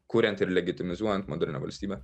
kuriant ir legitimizuojant modernią valstybę